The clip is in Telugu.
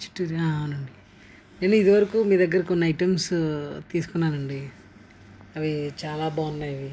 చిట్టూరియా ఆ అవునండి నేను ఇదివరకు మీ దగ్గర కొన్ని ఐటమ్స్ తీసుకున్నానండి అవి చాలా బాగున్నాయి అవి